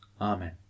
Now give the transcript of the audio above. Amen